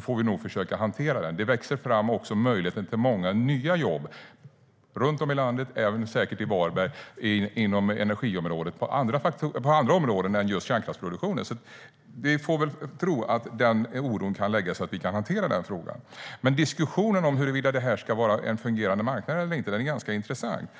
får vi nog försöka att hantera den. STYLEREF Kantrubrik \* MERGEFORMAT Redovisning av elnätsverksamhetDiskussionen om huruvida det ska vara en fungerande marknad eller inte är ganska intressant.